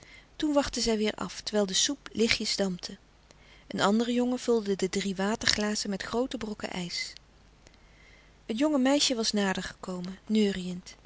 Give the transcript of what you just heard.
toen wachtten zij weêr af terwijl de soep lichtjes dampte een andere jongen vulde de drie waterglazen met groote brokken ijs het jonge meisje was nader gekomen neuriënd